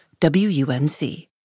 WUNC